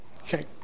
Okay